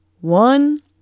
one